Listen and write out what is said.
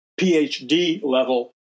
PhD-level